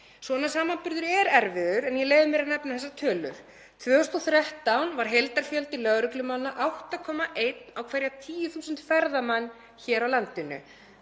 Svona samanburður er erfiður en ég leyfi mér að nefna þessar tölur. Árið 2013 var heildarfjöldi lögreglumanna 8,1 á hverja 10.000 ferðamenn hér á landinu